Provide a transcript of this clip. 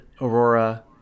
Aurora